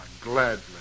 Gladly